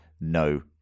no